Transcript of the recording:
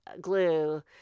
glue